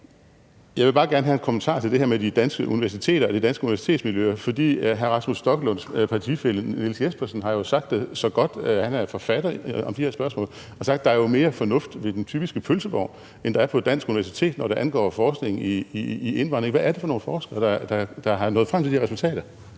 Jeg vil bare gerne have en kommentar til det her med de danske universiteter og de danske universitetsmiljøer, for hr. Rasmus Stoklunds partifælle Niels Jespersen har jo sagt det så godt, hvad angår de her spørgsmål, og han er forfatter. Han har sagt, at der jo er mere fornuft ved den typiske pølsevogn, end der er på et dansk universitet, når det angår forskning i indvandring. Hvad er det for nogle forskere, der er nået frem til de resultater?